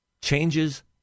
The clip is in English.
Changes